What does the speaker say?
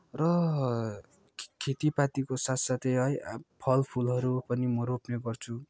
र खेती पातीको साथ साथै है फल फुलहरू पनि म रोप्ने गर्छु